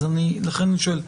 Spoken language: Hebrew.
ולכן אני שואל,